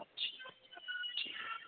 اچھا ٹھیک ہے